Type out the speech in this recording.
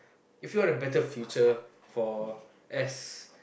if you want a better future for S